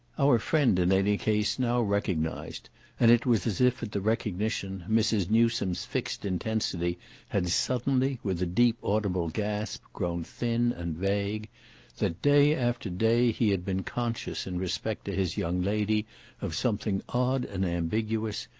our friend in any case now recognised and it was as if at the recognition mrs. newsome's fixed intensity had suddenly, with a deep audible gasp, grown thin and vague that day after day he had been conscious in respect to his young lady of something odd and ambiguous,